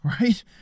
right